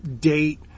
date